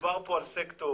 מדובר פה על סקטור